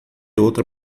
outra